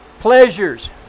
Pleasures